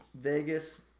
Vegas